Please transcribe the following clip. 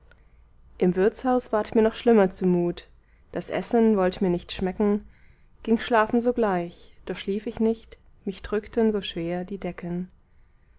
im wirtshaus ward mir noch schlimmer zumut das essen wollt mir nicht schmecken ging schlafen sogleich doch schlief ich nicht mich drückten so schwer die decken